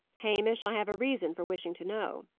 hamish, i have a reason for wishing to know.